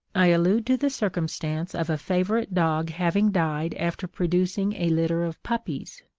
i allude to the circumstance of a favourite dog having died after producing a litter of puppies,